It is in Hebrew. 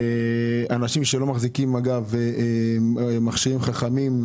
אנשים שלא מחזיקים מכשירים חכמים,